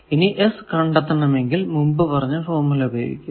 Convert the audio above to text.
ഇനി S കണ്ടെത്തണം എങ്കിൽ മുമ്പ് പറഞ്ഞ ഫോർമുല ഉപയോഗിക്കുക